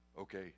okay